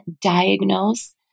diagnose